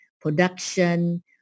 production